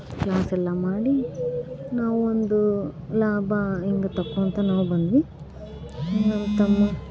class ಎಲ್ಲ ಮಾಡಿ ನಾವೊಂದು ಲಾಭ ಹೆಂಗೆ ತಗೊಳ್ತ ನಾವು ಬಂದ್ವಿ ತಮ್ಮ